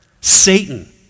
satan